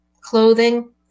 clothing